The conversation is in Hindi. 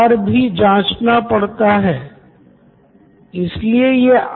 श्याम हाँ हो सकता है की ज़रूरी बातें न लिख पाये हो